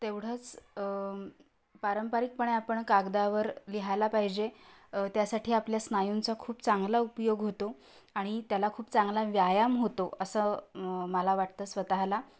तेवढंच पारंपरिकपणे आपण कागदावर लिहायला पाहिजे त्यासाठी आपल्या स्नायूंचा खूप चांगला उपयोग होतो आणि त्याला खूप चांगला व्यायाम होतो असं मला वाटतं स्वतःला